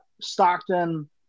Stockton